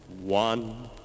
One